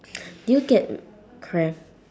do you get cramp